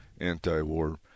anti-war